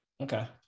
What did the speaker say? Okay